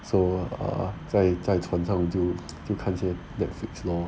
so err 在在船上就就看些 netflix lor